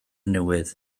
newydd